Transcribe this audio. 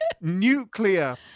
nuclear